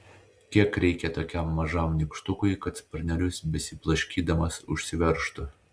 kiek reikia tokiam mažam nykštukui kad sparnelius besiblaškydamas užsiveržtų